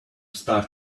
start